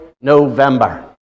November